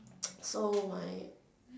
so my